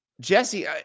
Jesse